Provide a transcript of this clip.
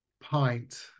pint